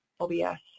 OBS